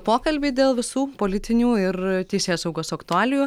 pokalbį dėl visų politinių ir teisėsaugos aktualijų